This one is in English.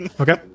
Okay